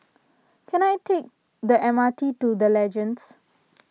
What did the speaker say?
can I take the M R T to the Legends